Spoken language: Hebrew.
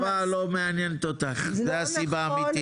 כי הערבה לא מעניינת אותך, זו הסיבה האמיתית.